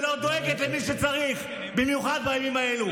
שלא דואגת למי שצריך במיוחד בימים האלה,